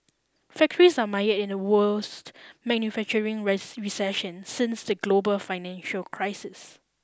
factories are mired in the worst manufacturing recession since the global financial crisis